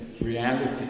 reality